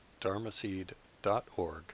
dharmaseed.org